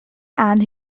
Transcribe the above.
and